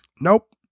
nope